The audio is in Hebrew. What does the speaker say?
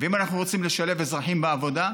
ואם אנחנו רוצים לשלב אזרחים בעבודה,